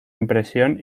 impresión